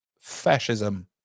fascism